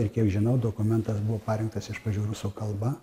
ir kiek žinau dokumentas buvo parengtas iš pradžių rusų kalba